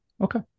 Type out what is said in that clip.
Okay